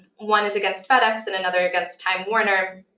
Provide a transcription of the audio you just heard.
one is against fedex and another against time warner.